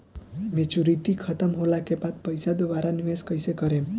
Maturity खतम होला के बाद पईसा दोबारा निवेश कइसे करेम?